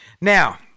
Now